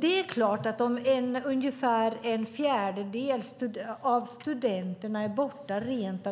Det är klart att man, om ungefär en fjärdedel av studenterna är borta av rent